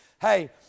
Hey